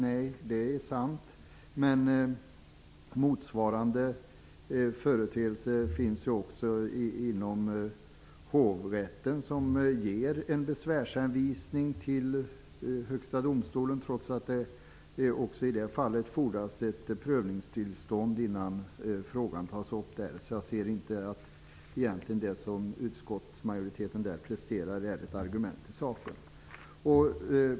Nej, det är sant, men motsvarande företeelse finns också inom hovrätten. Det ges en besvärshänvisning till Högsta domstolen, trots att det också i det fallet fordras ett prövningstillstånd innan frågan tas upp där. Jag ser egentligen inte att det som utskottsmajoriteten där presterar är ett argument i saken.